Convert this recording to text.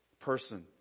Person